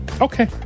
Okay